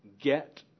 get